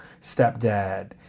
stepdad